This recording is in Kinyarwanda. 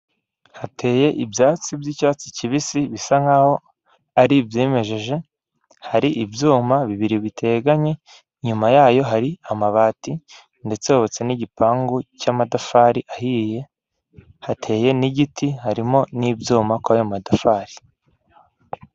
Hateye ibyatsi by'icyatsi kibisi bisa nk'aho ari ibyimejeje, hari ibyuma bibiri biteganye, inyuma yayo hari amabati, ndetse hubatse n'igipangu cy'amadafari ahiye, hateye n'igiti, harimo n'ibyuma kuri ayo madafari.